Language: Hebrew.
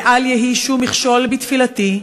ואל יהי שום מכשול בתפילתי.